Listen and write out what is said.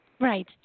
Right